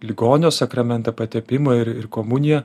ligonio sakramentą patepimą ir ir komuniją